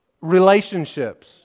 relationships